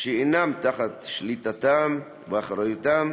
שאינם תחת שליטתם ואחריותם